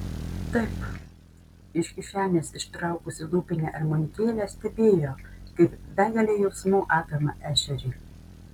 taip iš kišenės ištraukusi lūpinę armonikėlę stebėjo kaip begalė jausmų apima ešerį